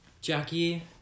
Jackie